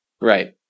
Right